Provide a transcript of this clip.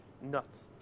Nuts